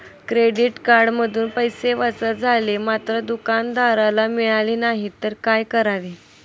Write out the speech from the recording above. Credit कार्डमधून पैसे वजा झाले मात्र दुकानदाराला मिळाले नाहीत तर काय करावे?